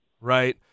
right